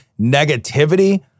negativity